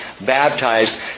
baptized